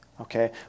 Okay